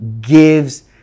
gives